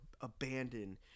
abandoned